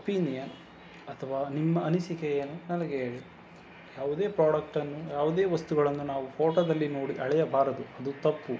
opinion ಅಥವಾ ನಿಮ್ಮ ಅನಿಸಿಕೆಯನ್ನು ನನಗೆ ಹೇಳಿ ಯಾವುದೇ ಪ್ರಾಡಕ್ಟನ್ನು ಯಾವುದೇ ವಸ್ತುಗಳನ್ನು ನಾವು ಫೋಟೋದಲ್ಲಿ ನೋಡಿ ಅಳೆಯಬಾರದು ಅದು ತಪ್ಪು